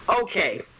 okay